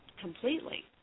completely